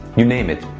you name it,